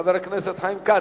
חבר הכנסת חיים כץ.